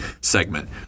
segment